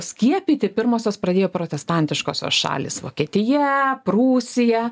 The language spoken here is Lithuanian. skiepyti pirmosios pradėjo protestantiškosios šalys vokietija prūsija